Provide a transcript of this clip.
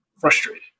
frustrated